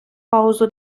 паузу